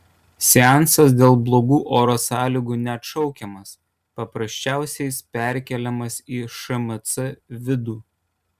seansas dėl blogų oro sąlygų neatšaukiamas paprasčiausiais perkeliamas į šmc vidų